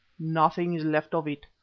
nothing is left of it.